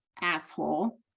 asshole